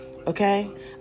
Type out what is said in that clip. Okay